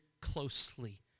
closely